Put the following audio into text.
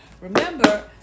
Remember